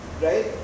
right